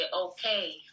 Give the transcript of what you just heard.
okay